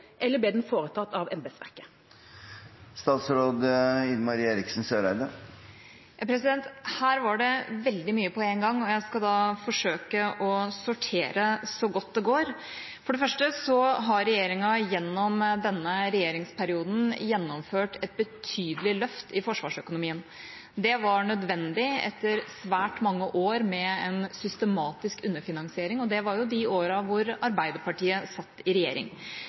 Eller ble den foretatt av embetsverket? Her var det veldig mye på en gang, og jeg skal forsøke å sortere så godt det går. For det første har regjeringa gjennom denne regjeringsperioden gjennomført et betydelig løft i forsvarsøkonomien. Det var nødvendig etter svært mange år med en systematisk underfinansiering. Det var i de årene hvor Arbeiderpartiet satt i regjering.